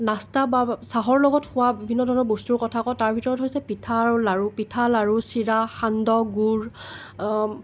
নাস্তা বা চাহৰ লগত খোৱা বিভিন্ন ধৰণৰ বস্তুৰ কথা কওঁ তাৰ ভিতৰত হৈছে পিঠা আৰু লাৰু পিঠা লাৰু চিৰা সান্দহ গুড়